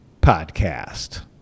Podcast